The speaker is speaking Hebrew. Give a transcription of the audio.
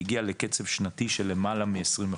והגיעה לקצב שנתי של למעלה מ-20%.